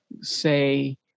say